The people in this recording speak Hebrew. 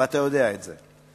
ואתה יודע את זה.